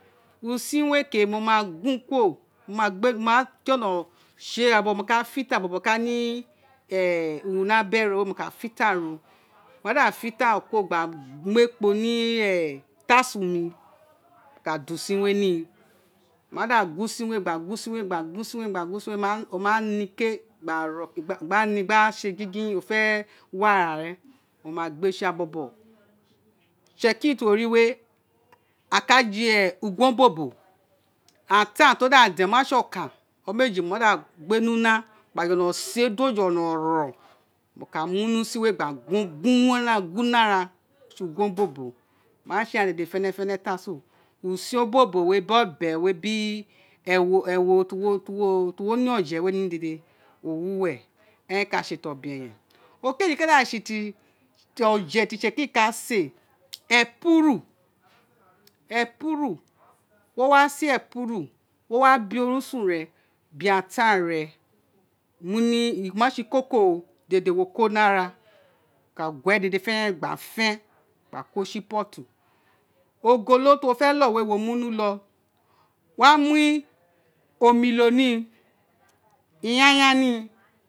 Usin we ke mo ma gun kuri mo ma gbe mo ma jolo se ira bobo mo ka filter mo la la mu urun ni abe ro mo ka filter ro kurt gba mu ekpo ni utasun mi mo ka da usin lee ni no ma da gun usin we gba gun we o run ni kekere gbaro gba ni gba se gin gin ofe wo ara re mo ma gbe si ira bobo itse lairi ti loo ri we a ka je egin bobo etan ti daden oma se okan o meji o ma da gbe ni una gba jolo se do jolo ro wo ka mu ni usin gba gun gun na ra gun ara owun re se egun obobo usin obobo we biri obe we biri ewo ti wo ne oje we ni dede owu we eren ka se ti obe eyen oke ji ka se ti oje ti ise kiri ka se epuru iwo wa se epuru wo wa be orusun re be ataan re muni oma se koko dede wo wo ko ni ara wo ka gue de fene fene gba fer gba ko si pot ogolo ti wo fe lo we wo mu ni uili wa mu omilo ni iyanyan ni.